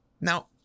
Now